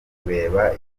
kureba